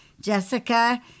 Jessica